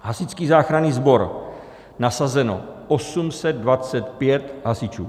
Hasičský záchranný sbor: nasazeno 825 hasičů.